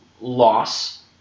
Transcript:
loss